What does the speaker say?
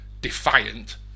defiant